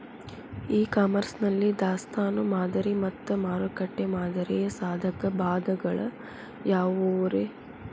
E commerce ನಲ್ಲಿ ದಾಸ್ತಾನು ಮಾದರಿ ಮತ್ತ ಮಾರುಕಟ್ಟೆ ಮಾದರಿಯ ಸಾಧಕ ಬಾಧಕಗಳ ಯಾವವುರೇ?